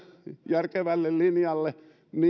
järkevälle linjalle niin